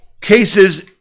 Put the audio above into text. cases